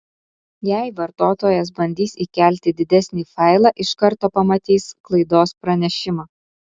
jei vartotojas bandys įkelti didesnį failą iš karto pamatys klaidos pranešimą